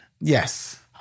Yes